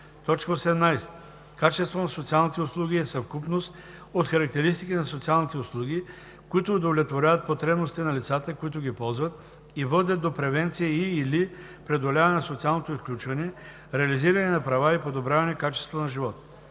18. „Качество на социалните услуги“ е съвкупност от характеристики на социалните услуги, които удовлетворяват потребностите на лицата, които ги ползват, и водят до превенция и/или преодоляване на социалното изключване, реализиране на права и подобряване качеството на живот.